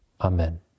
Amen